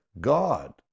God